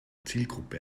zielgruppe